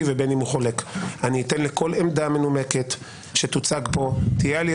ובין הוא חולק שאני אתן לכל עמדה מנומקת שתוצג פה על-ידי